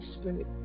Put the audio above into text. Spirit